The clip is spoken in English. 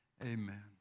Amen